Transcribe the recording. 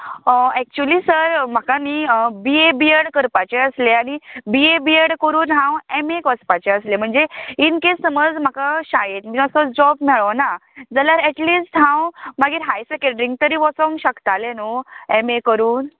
actually sir म्हाका न्ही B A B Ed करपाचें आसलें आनी बी ए बी एड करून हांव एम एक वचपाचें आसलें म्हणजे इनकेस समज म्हाका शाळेन बी असो जाॅब मेळोना जाल्यार एटलिस्ट हांव मागीर हायर सेक्नेड्रीन तरी वोचोंक शकतालें न्हू एम ए करून